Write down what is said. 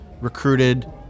recruited